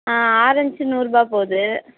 ஆ orange நூறு ரூபா போகுது